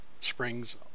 springs